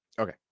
okay